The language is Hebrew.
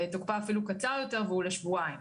כך שתוקפה אפילו קצר יותר והוא לשבועיים.